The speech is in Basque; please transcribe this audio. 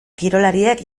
kirolariek